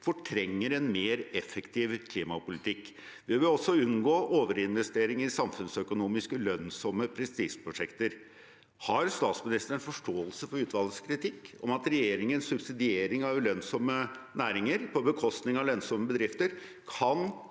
fortrenger mer effektiv klimapolitikk. Vi bør også unngå overinvesteringer i samfunnsøkonomisk ulønnsomme prestisjeprosjekter.» Har statsministeren forståelse for utvalgets kritikk om at regjeringens subsidiering av ulønnsomme næringer, på bekostning av lønnsomme bedrifter,